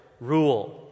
Rule